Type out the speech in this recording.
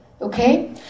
Okay